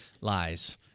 lies